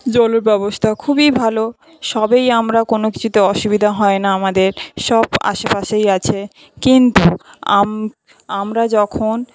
জলব্যবস্থা খুবই ভালো সবেই আমরা কোনো কিছুতে অসুবিধা হয়না আমাদের সব আশেপাশেই আছে কিন্তু আমরা যখন